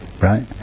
right